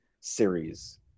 series